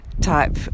type